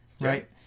Right